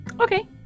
Okay